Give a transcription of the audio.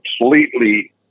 completely